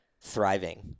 thriving